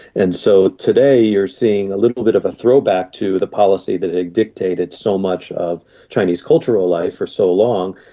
and so today you are seeing a little bit of a throwback to the policy that had dictated so much of chinese cultural life for so long.